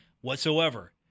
whatsoever